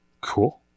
Cool